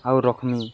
ଆଉ ରଖ୍ମି